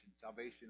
salvation